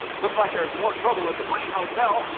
looks like there's more trouble at the blaine hotel.